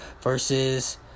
versus